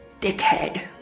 Dickhead